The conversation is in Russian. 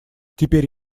теперь